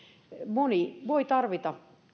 moni voi tarvita